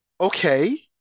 Okay